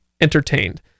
entertained